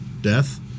death